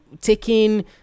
taking